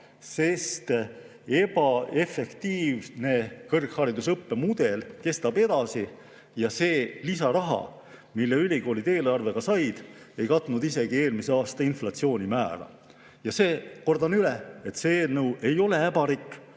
sest ebaefektiivne kõrgharidusõppe mudel kestab edasi. See lisaraha, mille ülikoolid eelarvega said, ei katnud isegi eelmise aasta inflatsiooni määra. Kordan üle, et see eelnõu ei ole äbarik,